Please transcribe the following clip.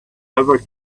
ever